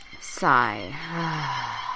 sigh